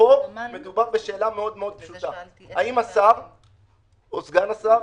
פה מדובר בשאלה מאוד מאוד פשוטה: האם השר או סגן השר,